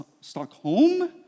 Stockholm